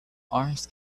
arms